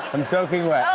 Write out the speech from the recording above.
i'm soaking wet.